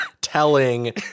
telling